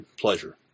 pleasure